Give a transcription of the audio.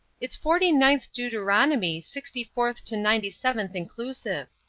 it's forty-ninth deuteronomy, sixty-forth to ninety-seventh inclusive.